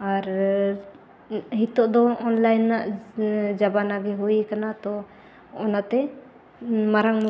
ᱟᱨ ᱱᱤᱛᱳᱜ ᱫᱚ ᱨᱮᱱᱟᱜ ᱡᱚᱢᱟᱱᱟ ᱜᱮ ᱦᱩᱭ ᱟᱠᱟᱱᱟ ᱛᱳ ᱚᱱᱟᱛᱮ ᱢᱟᱨᱟᱝ